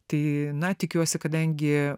tai na tikiuosi kadangi